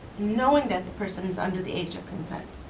knowing that the person is under the age of consent.